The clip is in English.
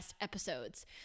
episodes